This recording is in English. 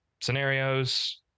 scenarios